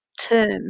term